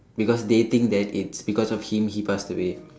because they think that it's because of him he passed away